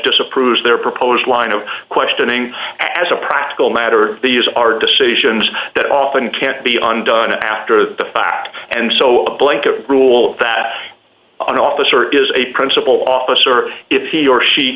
disapproves their proposed line of questioning as a practical matter these are decisions that often can't be undone after the fact and so a blanket rule that an officer is a principal officer if he or she